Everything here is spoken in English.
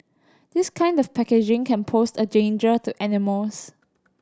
this kind of packaging can pose a danger to animals